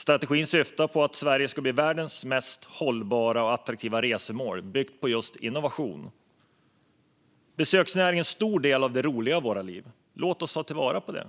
Strategin syftar till att Sverige ska bli världens mest hållbara och attraktiva resmål, byggt på just innovation. Besöksnäringen är en stor del av det roliga i våra liv - låt oss ta vara på den!